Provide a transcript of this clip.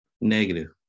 negative